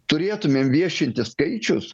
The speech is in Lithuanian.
turėtumėm viešinti skaičius